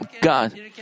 God